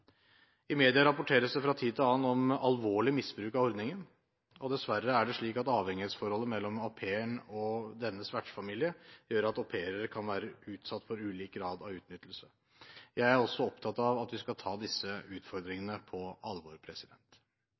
I media rapporteres det fra tid til annen om alvorlig misbruk av ordningen. Dessverre er det slik at avhengighetsforholdet mellom au pairen og dennes vertsfamilie gjør at au pairer kan være utsatt for ulik grad av utnyttelse. Jeg er også opptatt av at vi skal ta disse utfordringene på alvor.